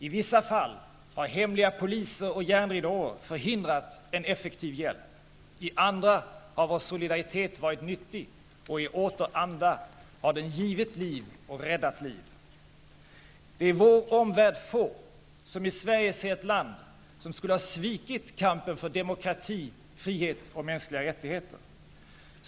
I vissa fall har hemliga poliser och järnridåer förhindrat en effektiv hjälp, i andra har vår solidaritet varit nyttig, i andra åter har den givit liv och räddat liv. Det är få i vår omvärld som i Sverige ser ett land som skulle ha svikit kampen för demokrati, frihet och mänskliga rättigheter.